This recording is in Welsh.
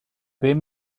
bum